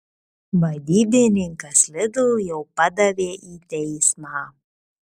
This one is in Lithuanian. vadybininkas lidl jau padavė į teismą